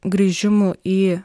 grįžimu į